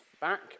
back